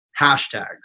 hashtags